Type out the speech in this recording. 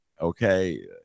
Okay